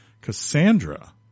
Cassandra